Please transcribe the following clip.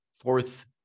Fourth